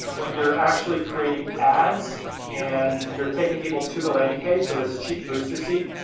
when you're actually creating ads and you're taking people to the landing page. so there's a cheap booster seat,